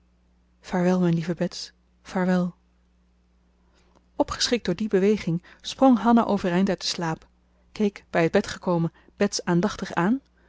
vaarwel mijn lieve bets vaarwel opgeschrikt door die beweging sprong hanna overeind uit den slaap keek bij het bed gekomen bets aandachtig aan